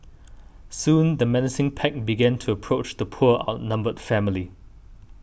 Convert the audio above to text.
soon the menacing pack began to approach the poor outnumbered family